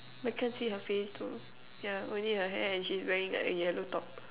but I can't see her face though ya only her hair and she's wearing like a yellow top